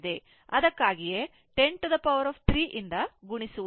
ಅದಕ್ಕಾಗಿಯೇ 10 3 ರಿಂದ ಗುಣಿಸುವುದಿಲ್ಲ